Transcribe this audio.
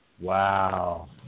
wow